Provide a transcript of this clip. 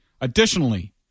Additionally